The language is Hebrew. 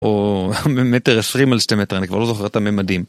או מטר עשרים על שתי מטר, אני כבר לא זוכר את הממדים.